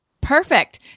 Perfect